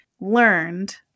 learned